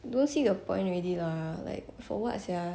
you don't see the point already lah like for what sia